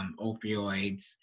opioids